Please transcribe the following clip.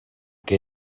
que